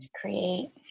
create